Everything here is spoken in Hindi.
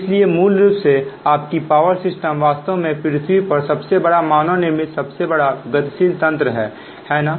इसलिए मूल रूप से आपकी पावर सिस्टम वास्तव में पृथ्वी पर सबसे बड़ा मानव निर्मित सबसे बड़ा गतिशील तंत्र है है ना